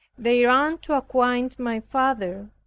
they ran to acquaint my father,